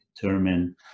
determine